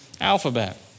alphabet